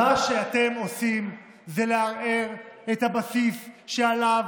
מה שאתם עושים זה לערער את הבסיס שעליו